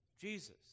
Jesus